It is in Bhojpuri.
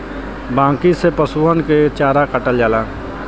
बांकी से पसुअन के चारा काटल जाला